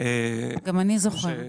גם אני זוכרת.